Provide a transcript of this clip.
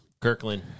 Kirkland